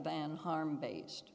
than harm based